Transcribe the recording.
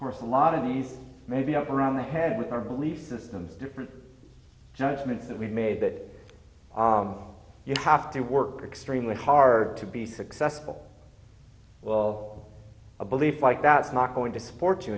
course a lot of these maybe up around the head with our belief systems different judgments that we've made that you have to work extremely hard to be successful well a belief like that's not going to support you